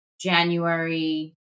January